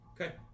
Okay